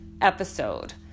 episode